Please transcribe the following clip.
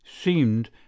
seemed